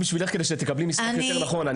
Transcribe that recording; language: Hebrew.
כדי שתקבלי מספר נכון יותר.